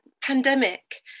pandemic